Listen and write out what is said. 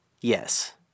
Yes